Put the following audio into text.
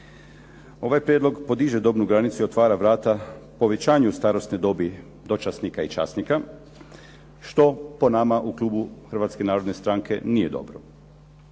Ovaj prijedlog podiže dobnu granicu i otvara vrata povećanju starosne dobi dočasnika i časnika što po nama u Klubu Hrvatske narodne stranke nije dobro.